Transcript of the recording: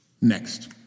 Next